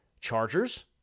Chargers